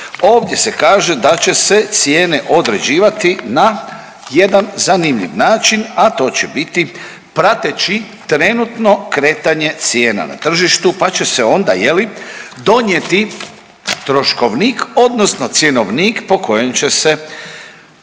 ovdje se kaže da će se cijene određivati na jedan zanimljiv način, a to će biti prateći trenutno kretanje cijena na tržištu, pa će se onda je li donijeti troškovnik, odnosno cjenovnik po kojem će se